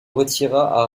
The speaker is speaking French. retira